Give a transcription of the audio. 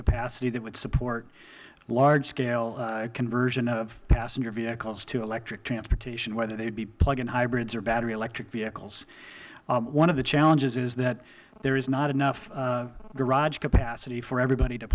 capacity that would support large scale conversion of passenger vehicles to electric transportation whether they be plug in hybrids or battery electric vehicles one of the challenges is that there is not enough garage capacity for everybody to